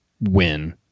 win